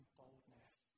boldness